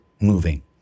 moving